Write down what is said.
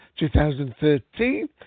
2013